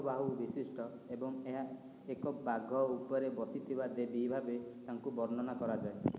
ଆଠ ବାହୁ ବିଶିଷ୍ଟ ଏବଂ ଏକ ବାଘ ଉପରେ ବସିଥିବା ଦେବୀ ଭାବେ ତାଙ୍କୁ ବର୍ଣ୍ଣନା କରାଯାଏ